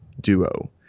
duo